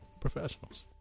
professionals